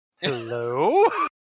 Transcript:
hello